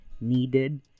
needed